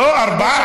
לא, ארבעה.